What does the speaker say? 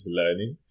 learning